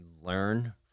learn